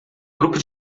grupo